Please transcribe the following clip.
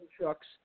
trucks